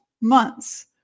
months